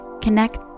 Connect